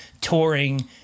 touring